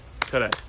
today